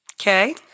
Okay